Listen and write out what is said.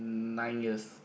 nine years